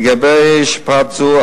לגבי שפעת זו,